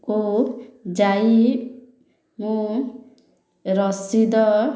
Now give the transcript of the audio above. କୁ ଯାଇ ମୁଁ ରସିଦ